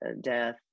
death